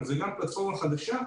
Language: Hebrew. וזו גם פלטפורמה חדשה.